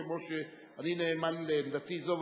כמו שאני נאמן לעמדתי זו,